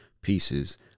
pieces